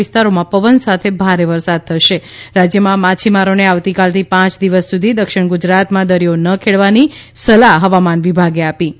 વિસ્તારોમાં પવન સાથે ભારે વરસાદ થશે રાજ્યમાં માછીમારોને આવતીકાલથી પાંચ દિવસ સુધી દક્ષિણ દરિયો ન ખેડવાની સલાહ હવામાન વિભાગે આપી છે